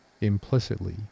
implicitly